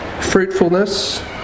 fruitfulness